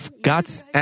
God's